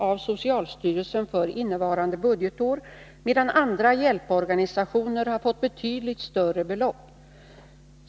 av socialstyrelsen för innevarande budgetår, medan andra hjälporganisationer har fått betydligt större belopp.